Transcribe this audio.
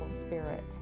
spirit